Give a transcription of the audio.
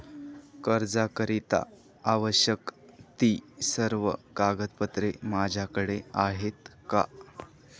कर्जाकरीता आवश्यक ति सर्व कागदपत्रे माझ्याकडे आहेत का?